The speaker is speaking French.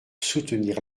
soutenir